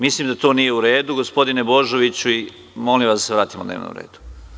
Mislim da to nije u redu, gospodine Božoviću i molim vas da se vratimo dnevnom redu.